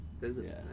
Business